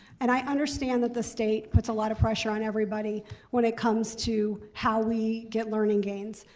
and i understand that the state puts a lot of pressure on everybody when it comes to how we get learning gains.